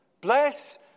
bless